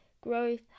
growth